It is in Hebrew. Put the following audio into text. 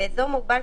באזור מוגבל,